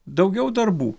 daugiau darbų